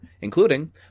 including